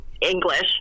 English